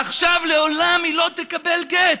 עכשיו היא לעולם לא תקבל גט.